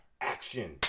action